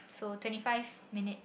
so twenty five minutes